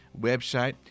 website